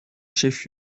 chef